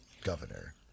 Governor